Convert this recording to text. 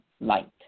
light